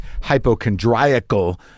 hypochondriacal